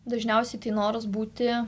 dažniausiai tai noras būti